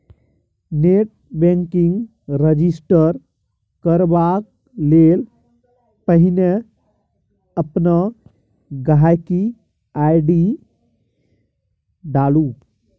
net banking register करबाक लेल पहिने अपन गांहिकी आइ.डी डालु